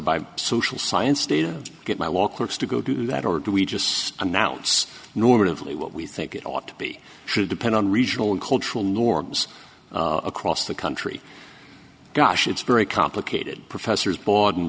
by social science data get my law clerks to go do that or do we just announce normatively what we think it ought to be should depend on regional and cultural norms across the country gosh it's very complicated professors bawden